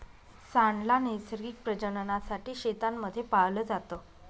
सांड ला नैसर्गिक प्रजननासाठी शेतांमध्ये पाळलं जात